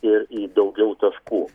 ir į daugiau taškų